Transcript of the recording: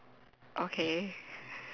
okay